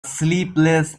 sleepless